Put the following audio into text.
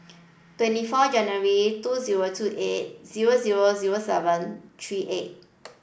twenty four January two zero two eight zero zero zero seven three eight